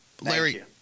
Larry